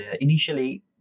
initially